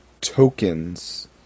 tokens